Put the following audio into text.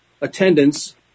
attendance